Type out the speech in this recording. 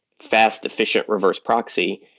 fast, efficient reverse proxy,